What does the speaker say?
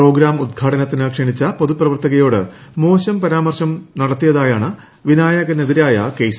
programme ഉദ്ഘാടനത്തിന് ക്ഷണിച്ച പൊതുപ്രവർത്തകയോട് മോശം പരാമർശം നടത്തിയതായാണ് വിനായകനെതിരായ കേസ്